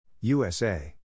USA